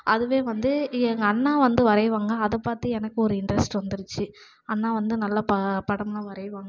அதுவே வந்து எங்கள் அண்ணா வந்து வரைவாங்க அதை பார்த்து எனக்கு ஒரு இன்ட்ரெஸ்ட் வந்துருச்சு அண்ணா வந்து நல்லா படம்லாம் வரைவாங்க